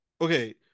Okay